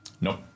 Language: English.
Nope